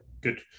good